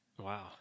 Wow